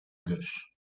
gauche